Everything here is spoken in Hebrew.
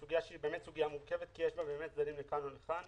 בסוגיה שהיא באמת מורכבת כי יש לה צדדים לכאן ולכאן.